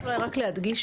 חשוב אולי רק להדגיש,